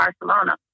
Barcelona